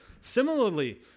Similarly